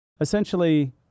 Essentially